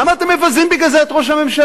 למה אתם מבזים בגלל זה את ראש הממשלה?